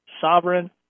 sovereign